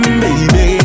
baby